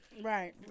right